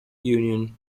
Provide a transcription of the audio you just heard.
union